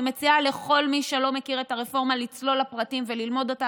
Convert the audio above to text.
אני מציעה לכל מי שמכיר את הרפורמה לצלול לפרטים וללמוד אותה.